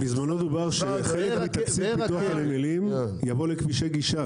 בזמנו דובר שחלק מתקציב פיתוח הנמלים יבוא לכבישי גישה,